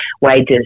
wages